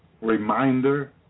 Reminder